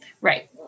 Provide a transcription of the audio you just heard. Right